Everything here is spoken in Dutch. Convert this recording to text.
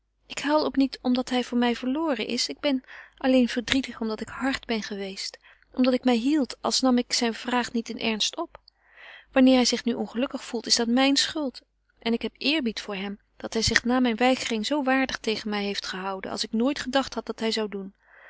ik huil ook niet omdat hij voor mij verloren is ik ben alleen verdrietig omdat ik hard ben geweest omdat ik mij hield als nam ik zijn vraag niet in ernst op wanneer hij zich nu ongelukkig voelt is dat mijn schuld en ik heb eerbied voor hem dat hij zich na mijne weigering zoo waardig tegen mij heeft gehouden als ik nooit gedacht had dat hij zou doen